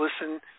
listen